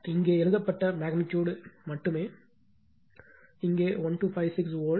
இங்கே எழுதப்பட்ட மக்னிடியூட் மட்டுமே இங்கே 1256 வோல்ட்